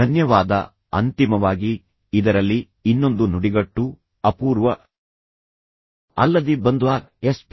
ಧನ್ಯವಾದ ಅಂತಿಮವಾಗಿ ಇದರಲ್ಲಿ ಇನ್ನೊಂದು ನುಡಿಗಟ್ಟು ಅಪೂರ್ವ ಅಲ್ಲದಿ ಬಂದ್ವಾ ಎಸ್